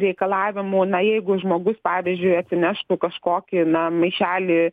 reikalavimų na jeigu žmogus pavyzdžiui atsineštų kažkokį maišelį